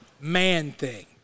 Man-Thing